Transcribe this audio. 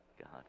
God